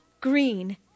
green